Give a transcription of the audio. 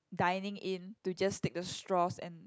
dining in to just take the straws and